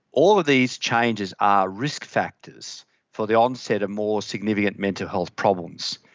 all of these changes are risk factors for the onset of more significant mental health problems.